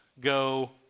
go